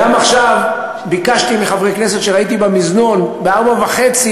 גם עכשיו ביקשתי מחברי כנסת שראיתי במזנון: ב-16:30,